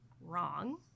wrong